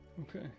Okay